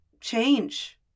change